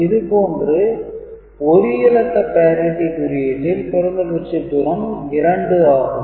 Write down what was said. இதே போன்று 1 இலக்க parity குறியீட்டில் குறைந்தபட்ச தூரம் 2 ஆகும்